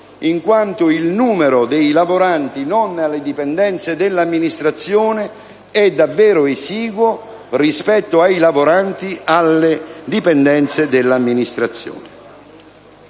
in quanto il numero dei lavoranti non alle dipendenze dell'amministrazione è davvero esiguo rispetto ai lavoranti alle dipendenze dell'amministrazione.